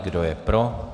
Kdo je pro?